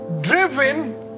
driven